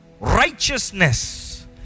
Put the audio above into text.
righteousness